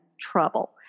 trouble